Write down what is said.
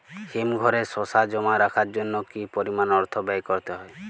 হিমঘরে শসা জমা রাখার জন্য কি পরিমাণ অর্থ ব্যয় করতে হয়?